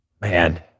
Man